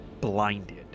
blinded